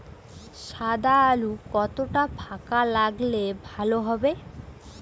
সাদা আলু কতটা ফাকা লাগলে ভালো হবে?